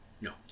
no